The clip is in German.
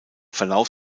verlauf